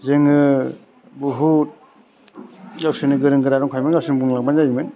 जोङो बहुद गावसोरनो गोरों गोरा दंखायोमोन गावसोरनो बुंलांबानो जायोमोन